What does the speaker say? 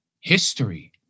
history